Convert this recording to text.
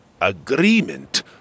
Agreement